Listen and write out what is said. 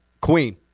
Queen